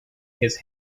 his